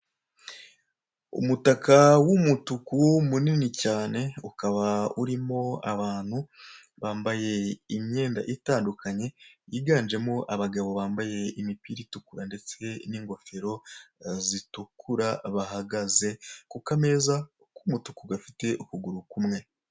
Umutaka w'umutuku munini cyane, ukaba urimo abantu bambaye imyenda itandukanye yiganjemo abagabo bambaye imipira itukura ndetse n'ingofero zitukura, bahagaze ku kameza k'umutuku gafite ukuguru kumwe.